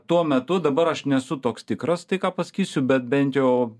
tuo metu dabar aš nesu toks tikras tai ką pasakysiu bet bent jau